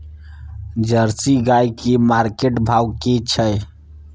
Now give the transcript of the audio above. Jersey गाय की market भाव की छै?